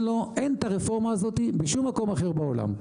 את הרפורמה הזאת בשום מקום אחר בעולם.